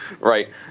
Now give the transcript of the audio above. Right